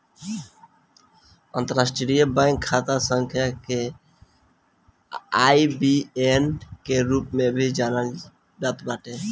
अंतरराष्ट्रीय बैंक खाता संख्या के आई.बी.ए.एन के रूप में भी जानल जात बाटे